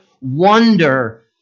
wonder